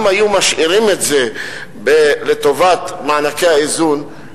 אם היו משאירים את זה לטובת מענקי האיזון,